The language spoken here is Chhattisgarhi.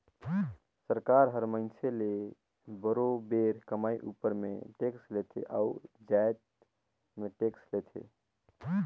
सरकार हर मइनसे ले बरोबेर कमई उपर में टेक्स लेथे अउ जाएत में टेक्स लेथे